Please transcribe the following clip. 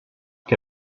què